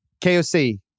KOC